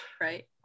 Right